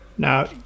Now